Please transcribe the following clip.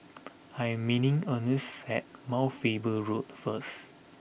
I am meaning Ernst at Mount Faber Road first